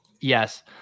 Yes